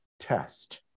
Test